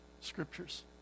Scriptures